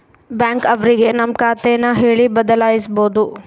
bank ಅವ್ರಿಗೆ ನಮ್ ಖಾತೆ ನ ಹೇಳಿ ಬದಲಾಯಿಸ್ಬೋದು